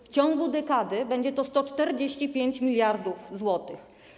W ciągu dekady będzie to 145 mld zł.